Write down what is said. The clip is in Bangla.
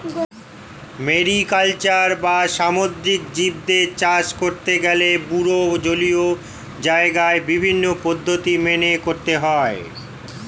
ম্যারিকালচার বা সামুদ্রিক জীবদের চাষ করতে গেলে বড়ো জলীয় জায়গায় বিভিন্ন পদ্ধতি মেনে করতে হয়